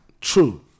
True